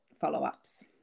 follow-ups